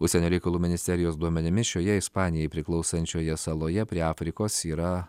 užsienio reikalų ministerijos duomenimis šioje ispanijai priklausančioje saloje prie afrikos yra